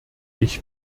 ich